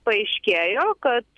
paaiškėjo kad